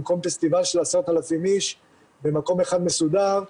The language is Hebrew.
במקום פסטיבל של עשרות אלפים אנשים במקום אחד מסודר,